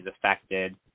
affected